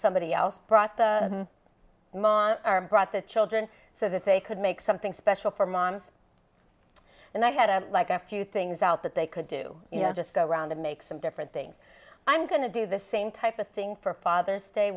somebody else brought the mom are brought the children so that they could make something special for mom's and i had a like a few things out that they could do you know just go around and make some different things i'm going to do the same type of thing for father's day